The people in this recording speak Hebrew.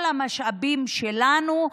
כל המשאבים שלנו,